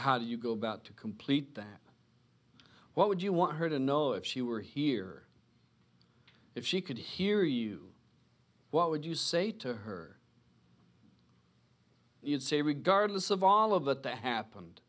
how you go about to complete that what would you want her to know if she were here if she could hear you what would you say to her you'd say regardless of all of that that happened